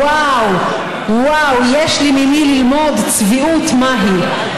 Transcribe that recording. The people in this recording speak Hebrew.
וואו, וואו, יש ממי ללמוד צביעות מהי.